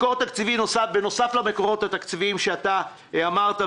מקור תקציבי נוסף למקורות התקציביים שאמרת,